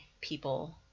people